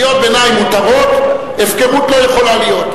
קריאות ביניים מותרות, הפקרות לא יכולה להיות.